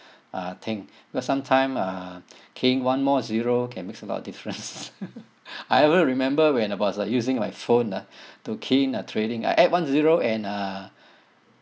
uh thing because sometime uh key in one more zero can makes a lot of difference I will remember when I was uh using my phone uh to key in uh trading I add one zero and uh